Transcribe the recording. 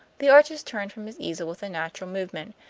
the artist turned from his easel with a natural movement,